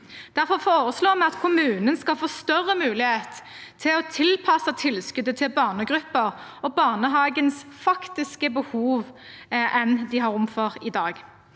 Derfor foreslår vi at kommunen skal få større mulighet til å tilpasse tilskuddet til barnegrupper og barnehagens faktiske behov enn de har rom for i dag.